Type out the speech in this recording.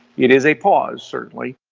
it is a pause certainly,